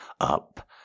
up